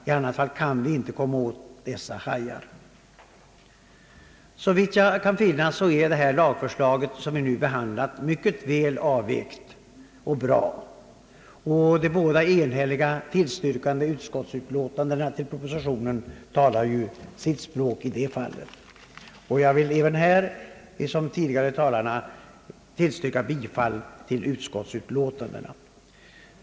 I annat fall kan vi inte komma åt narkotikahajarna. Såvitt jag kan finna, är det lagförslag som vi nu behandlar mycket väl avvägt och bra. De båda enhälligt tillstyrkta utskottsutlåtandena talar ju sitt eget språk i det fallet.